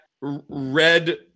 red